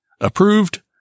Approved